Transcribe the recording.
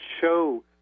show